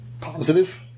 Positive